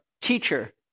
teacher